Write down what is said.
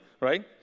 right